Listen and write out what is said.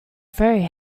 very